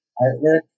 artwork